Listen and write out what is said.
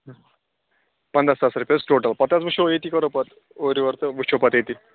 پنٛداہ ساس رۄپیہِ حظ ٹوٹَل پَتہٕ حظ وٕچھو یٔتی کرو پَتہٕ اورٕ یورٕ تہٕ وٕچھو پَتہٕ یٔتی